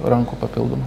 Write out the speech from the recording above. rankų papildomų